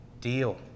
deal